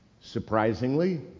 Surprisingly